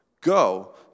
Go